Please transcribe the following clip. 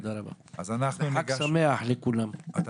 תודה רבה וחג שמח לכולם.